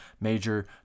major